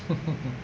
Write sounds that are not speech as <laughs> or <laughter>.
<laughs>